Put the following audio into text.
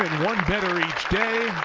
one better each day.